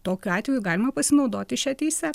tokiu atveju galima pasinaudoti šia teise